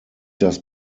das